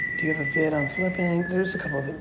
vid on flipping? there's a couple.